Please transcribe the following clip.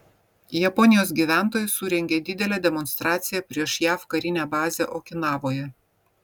japonijos gyventojai surengė didelę demonstraciją prieš jav karinę bazę okinavoje